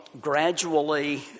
gradually